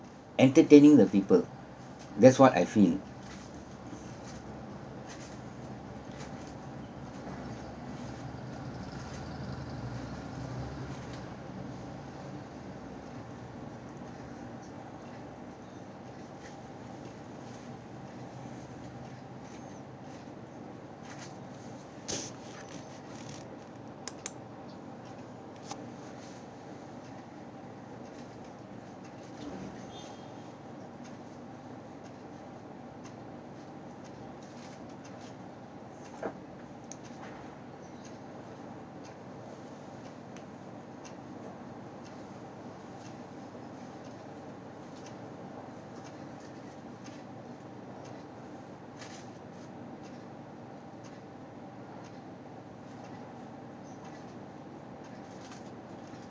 entertaining the people that's what I feel